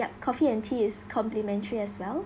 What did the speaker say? yup coffee and tea is complimentary as well